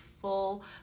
full